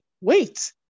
wait